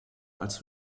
als